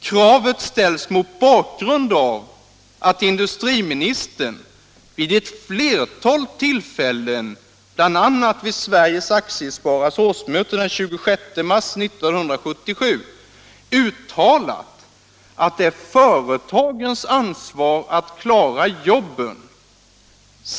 Kravet ställs mot bakgrund av att industriministern vid ett flertal tillfällen — bl a vid Sveriges aktiesparares årsmöte 26 mars 1977 — uttalat, att det är företagens ansvar att klara jobben.